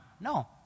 No